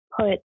put